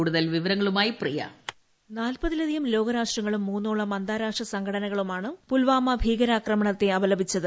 കൂടുതൽ വിവരങ്ങളുമായി പ്രിയ വോയിസ് നാൽപ്പതിലധികം ലോക ് രാഷ്ട്രങ്ങളും മൂന്നോളം അന്താരാഷ്ട്ര സംഘടനകളുമാണ് പുൽവാമ ഭീകരാക്രമണത്തെ അപലപിച്ചത്